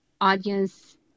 audience